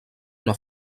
una